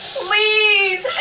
please